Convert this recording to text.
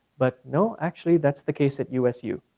but no actually that's the case of usu.